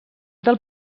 del